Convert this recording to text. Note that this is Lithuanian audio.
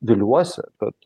viliuosi kad